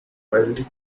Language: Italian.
quelli